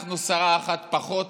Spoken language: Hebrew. שרה אחת פחות,